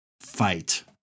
fight